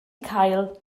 cael